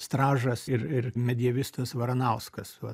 stražas ir ir medievistas varanauskas vat